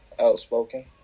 Outspoken